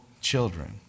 children